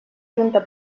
junta